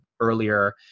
Earlier